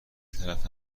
طرف